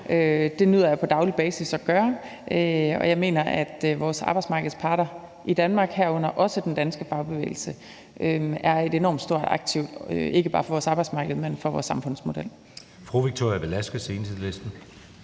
Det nyder jeg på daglig basis at gøre. Og jeg mener, at vores arbejdsmarkedsparter i Danmark, herunder også den danske fagbevægelse, er et enormt stort aktiv, ikke bare for vores arbejdsmarked, men for vores samfundsmodel.